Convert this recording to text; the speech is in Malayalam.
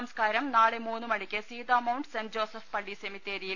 സംസ്കാരം നാളെ മൂന്ന് മണിക്ക് സീതാമൌണ്ട് സെന്റ് ജോസഫ്സ് പള്ളി സെമിത്തേരിയിൽ